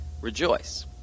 rejoice